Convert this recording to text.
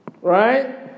Right